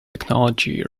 technology